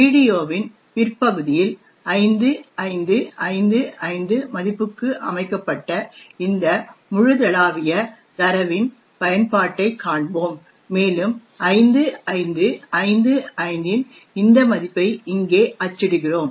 வீடியோவின் பிற்பகுதியில் 5555 மதிப்புக்கு அமைக்கப்பட்ட இந்த முழுதளாவிய தரவின் பயன்பாட்டைக் காண்போம் மேலும் 5555 இன் இந்த மதிப்பை இங்கே அச்சிடுகிறோம்